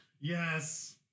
Yes